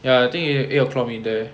ya I think we eight O'clock meet there